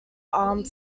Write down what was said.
armed